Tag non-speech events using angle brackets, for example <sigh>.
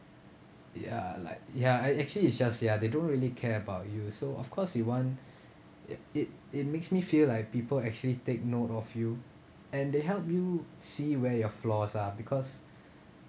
ya like ya I actually it's just say ya they don't really care about you so of course you want <breath> it it it makes me feel like people actually take note of you and they help you see where your flaws are because